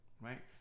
right